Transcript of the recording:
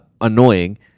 Annoying